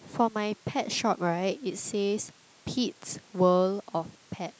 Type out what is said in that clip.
um for my pet shop right it says Pete's World of Pet